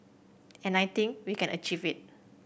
and I think we can achieve it